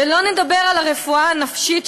ולא נדבר על הרפואה הנפשית,